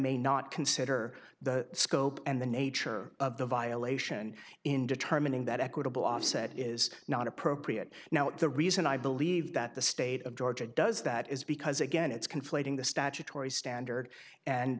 may not consider the scope and the nature of the violation in determining that equitable offset is not appropriate now the reason i believe that the state of georgia does that is because again it's conflating the statutory standard and